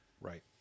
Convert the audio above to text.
Right